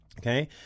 Okay